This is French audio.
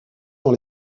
dans